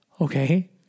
okay